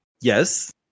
Yes